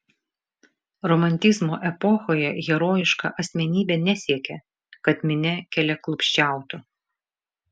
romantizmo epochoje herojiška asmenybė nesiekė kad minia keliaklupsčiautų